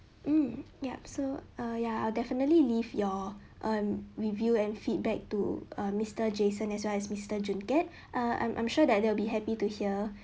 mm yup so uh ya I'll definitely leave your um review and feedback to uh mister jason as well as mister jun kiat uh I'm I'm sure that they will be happy to hear